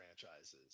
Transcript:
franchises